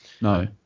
No